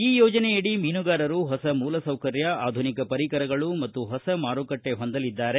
ಈ ಯೋಜನೆಯಡಿ ಮೀನುಗಾರರು ಹೊಸ ಮೂಲಸೌಕರ್ಯಗಳು ಆಧುನಿಕ ಪರಿಕರಗಳು ಮತ್ತು ಹೊಸ ಮಾರಕಟ್ಟೆ ಹೊಂದಲಿದ್ದಾರೆ